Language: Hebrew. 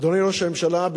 אדוני ראש הממשלה,